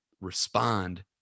Respond